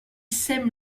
s’aiment